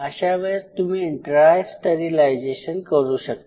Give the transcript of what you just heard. अशा वेळेस तुम्ही ड्राय स्टरीलायझेशन करू शकता